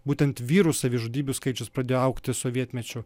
būtent vyrų savižudybių skaičius pradėjo augti sovietmečiu